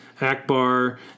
Akbar